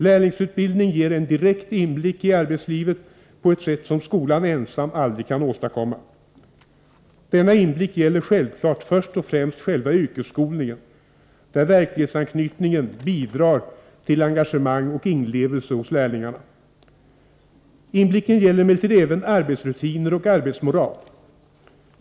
Lärlingsutbildning ger en direkt inblick i arbetslivet på ett sätt som skolan ensam aldrig kan åstadkomma. Denna inblick gäller självklart först och främst själva yrkesskolningen, där verklighetsanknytningen bidrar till engagemang och inlevelse hos lärlingarna. Inblicken gäller emellertid även arbetsrutiner och arbetsmoral.